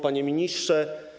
Panie Ministrze!